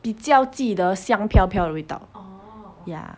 比较记得香飘飘的味道 ya